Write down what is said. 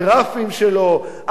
הגרפים שלו,